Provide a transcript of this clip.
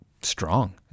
strong